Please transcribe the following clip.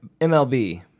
MLB